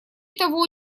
того